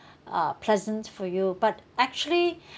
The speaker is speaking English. uh pleasant for you but actually